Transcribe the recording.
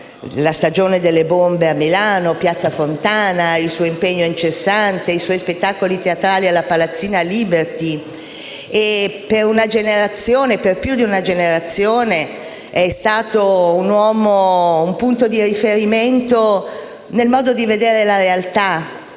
la stagione delle bombe a Milano, piazza Fontana, il suo impegno incessante, i suoi spettacoli teatrali alla Palazzina Liberty. Per più di una generazione è stato un punto di riferimento nel modo di vedere la realtà,